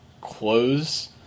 close